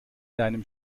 deinem